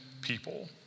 people